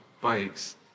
bikes